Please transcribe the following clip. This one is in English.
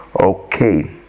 okay